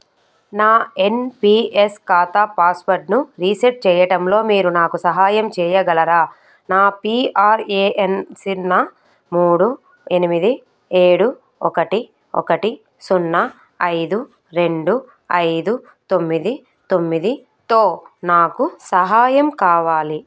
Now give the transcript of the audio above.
నా N P S ఖాతా పాస్వర్డ్ను రీసెట్ చెయ్యడంలో మీరు నాకు సహాయం చేయగలరా నా పీ ఆర్ ఏ ఎన్ సున్నా మూడు ఎనిమిది ఏడు ఒకటి ఒకటి సున్నా ఐదు రెండు ఐదు తొమ్మిది తొమ్మిదితో నాకు సహాయం కావాలి